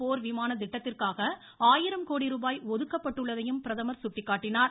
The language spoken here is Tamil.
போர் விமான திட்டத்திற்காக தேஜஸ் கோடிரூபாய் ஒதுக்கப்பட்டுள்ளதையும் பிரதமர் சுட்டிக்காட்டினார்